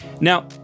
Now